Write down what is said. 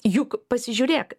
juk pasižiūrėk